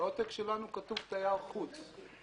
בעותק שלנו כתוב "תייר חוץ".